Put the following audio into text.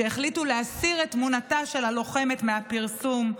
שהחליטו להסיר את תמונתה של הלוחמת מהפרסום.